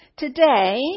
Today